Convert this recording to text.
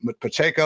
Pacheco